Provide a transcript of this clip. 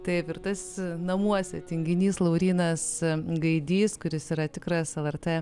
tai ir tas namuose tinginys laurynas gaidys kuris yra tikras lrt